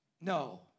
No